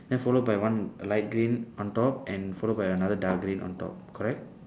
then followed by one a light green on top and followed by another dark green on top correct